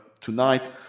tonight